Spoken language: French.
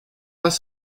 pas